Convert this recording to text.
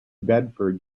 bedford